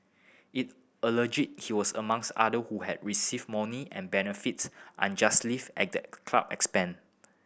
it allege he was among other who had received money and benefit at the club expense